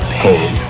pain